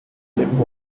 zip